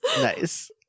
Nice